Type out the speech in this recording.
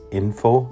info